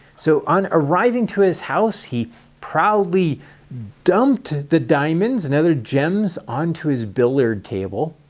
so on arriving to his house, he proudly dumping the diamonds and other gems onto his billiard table,